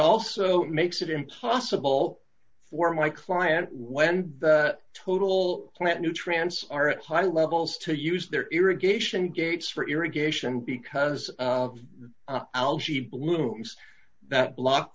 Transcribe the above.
also makes it impossible for my client when the total plant new trance are at high levels to use their irrigation gates for irrigation because algae blooms that block